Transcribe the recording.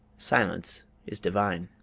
silence is divine.